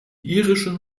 irische